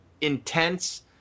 intense